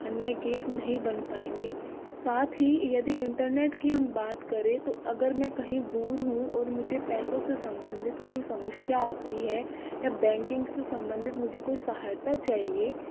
अन्य केस नहीं बन पाएँगी साथ ही यदि इंटरनेट की हम बात करें तो अगर मैं कहीं दूर हूँ और मुझे पैसों से संबंधित कोई समस्या आती है या बैंकिंग से संबंधित मुझे कोई सहायता चाहिए